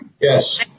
Yes